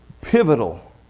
pivotal